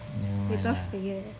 never mind lah